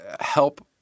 help